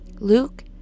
Luke